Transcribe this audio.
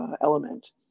element